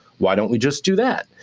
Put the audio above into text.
why don't we just do that?